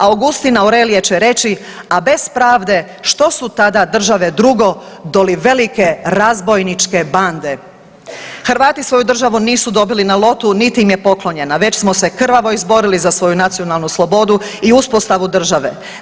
Augustin Aurelije će reći: „A bez pravde što su tada države drugo doli velike razbojnike bande.“ Hrvati svoju državu nisu dobili na lotu niti im je poklonjena, već smo se krvavo izborili za svoju nacionalnu slobodu i uspostavu države.